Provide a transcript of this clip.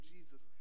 Jesus